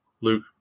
Luke